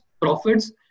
profits